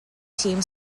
team